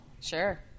Sure